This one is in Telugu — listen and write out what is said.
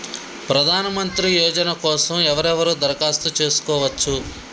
ప్రధానమంత్రి యోజన కోసం ఎవరెవరు దరఖాస్తు చేసుకోవచ్చు?